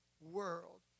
world